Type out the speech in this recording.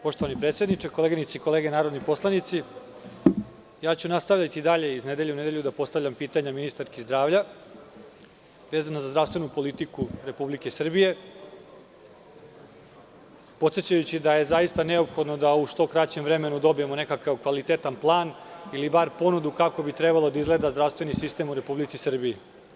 Poštovani predsedniče, koleginice i kolege narodni poslanici, nastaviću dalje iz nedelje u nedelju da postavljam pitanja ministarki zdravlja vezano za zdravstveno politiku Republike Srbije, podsećajući da je zaista neophodno da u što kraćem vremenu dobijemo nekakav kvalitetan plan ili bar ponudu kako bi trebalo da izgleda zdravstveni sistem u Republici Srbiji.